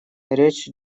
речь